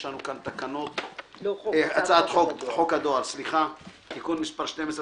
יש לנו כאן הצעת חוק הדואר (תיקון מס' 12),